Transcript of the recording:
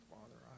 Father